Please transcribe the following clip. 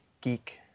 geek